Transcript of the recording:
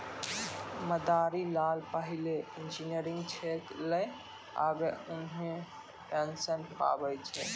मदारी लाल पहिलै इंजीनियर छेलै आबे उन्हीं पेंशन पावै छै